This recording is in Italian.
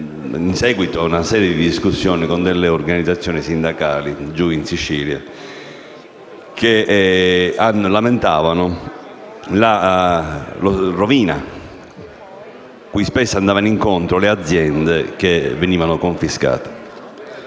in seguito ad una serie di discussioni con delle organizzazione sindacali in Sicilia, che lamentavano la rovina cui spesso andavano incontro le aziende che venivano confiscate,